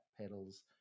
pedals